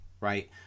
right